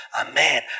amen